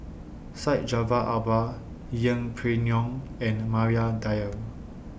Syed Jaafar Albar Yeng Pway Ngon and Maria Dyer